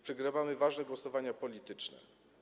Przegrywamy ważne głosowania polityczne.